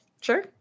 Sure